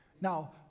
Now